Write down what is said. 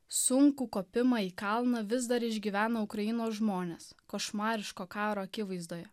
sunkų kopimą į kalną vis dar išgyvena ukrainos žmonės košmariško karo akivaizdoje